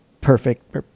perfect